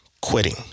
quitting